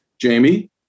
Jamie